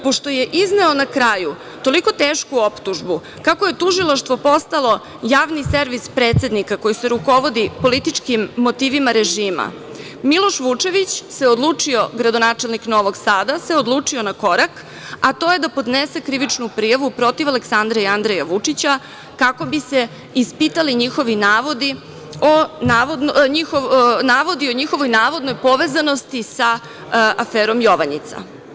Pošto je izneo na kraju toliko tešku optužbu, kako je tužilaštvo postalo javni servis predsednika, koji se rukovodi političkim motivima režima, Miloš Vučević se odlučio, gradonačelnik Novog Sada, na korak, a to je da podnese krivičnu prijavu protiv Aleksandra i Andreja Vučića kako bi se ispitali navodi o njihovoj navodnoj povezanosti sa aferom „Jovanjica“